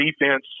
defense